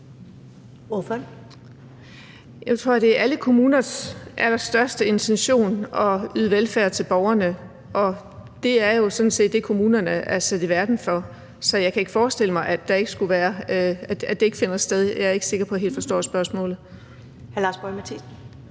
(S): Jeg tror, det er alle kommuners allerstørste intention at yde velfærd til borgerne. Og det er jo sådan set det, kommunerne er sat i verden for. Så jeg kan ikke forestille mig, at det ikke finder sted. Jeg er ikke sikker på, jeg helt forstår spørgsmålet. Kl. 19:14 Første